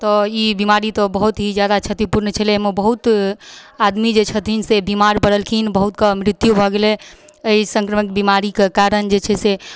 तऽ ई बीमारी तऽ बहुत ही जादा क्षतिपूर्ण छलै अइमे बहुत आदमी जे छथिन से बीमार परलखिन बहुतके मृत्यु भऽ गेलै अइ सङ्क्रमण बीमारीके कारण जे छै से